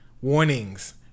Warnings